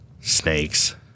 snakes